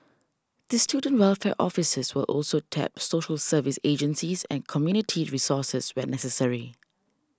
the student welfare officers will also tap social services agencies and community resources where necessary